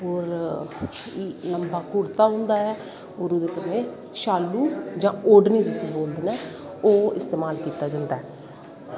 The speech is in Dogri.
और लम्बा कुर्ता होंदा ऐ ओह्दे कन्नै शाल जां ओडनू जिसी बोलदे नै ओह् इस्तेमाल कीता जंदा ऐ